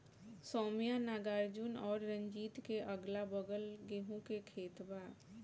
सौम्या नागार्जुन और रंजीत के अगलाबगल गेंहू के खेत बा